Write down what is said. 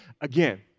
again